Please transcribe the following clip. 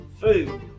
Food